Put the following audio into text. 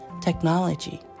technology